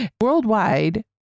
Worldwide